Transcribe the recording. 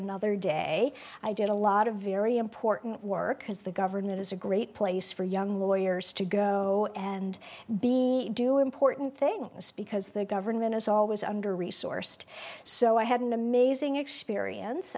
another day i did a lot of very important work because the government is a great place for young lawyers to go and be do important things because the government is always under resourced so i had an amazing experience